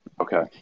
Okay